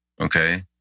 Okay